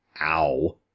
Ow